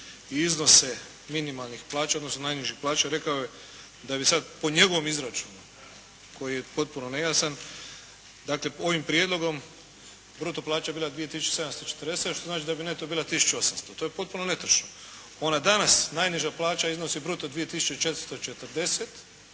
i iznose minimalnih plaća, odnosno najnižih plaća, rekao je da bi sada po njegovom izračunu koji je potpuno nejasan, dakle, ovim prijedlogom bruto plaća bila 2740 što znači da bi neto bila 1800, to je potpuno netočno. Ona danas, najniža plaća iznosi bruto 2